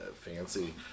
Fancy